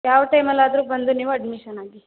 ಯಾವ ಟೈಮಲ್ಲಾದರೂ ಬಂದು ನೀವು ಅಡ್ಮಿಶನ್ ಆಗಿ